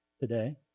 today